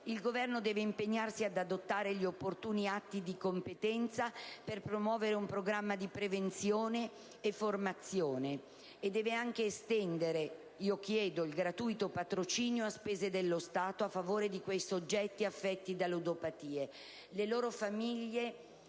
Il Governo deve impegnarsi ad adottare gli opportuni atti di competenza per promuovere un programma di prevenzione e formazione e deve anche estendere - io chiedo - il gratuito patrocinio a spese dello Stato a favore dei soggetti affetti da ludopatie. Le loro famiglie